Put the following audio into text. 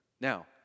Now